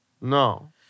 No